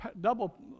double